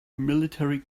military